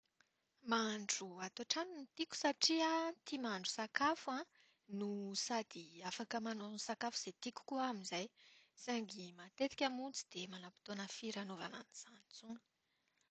Mahandro ato an-trano no tiako satria aho tia mahandro sakafo an, no sady afaka manao izay sakafo tiako koa aho amin'izay. Saingy matetika tsy dia manam-potoana firy hanaovana an'izany intsony.